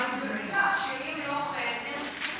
שאם לא כן,